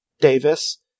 davis